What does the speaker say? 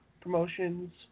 promotions